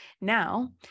now